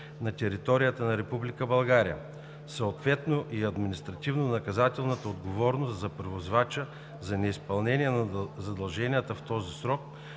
на територията на Република България, съответно и административнонаказателна отговорност за превозвача за неизпълнение на задълженията в този срок,